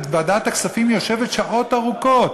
ועדת הכספים יושבת שעות ארוכות,